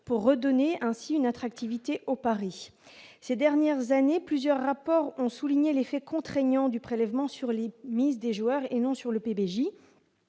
pour redonner ainsi une attractivité au Paris ces dernières années plusieurs rapports ont souligné l'effet contraignant du prélèvement sur l'mises des joueurs et non sur le PBJ